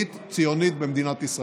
זירת התגוששות.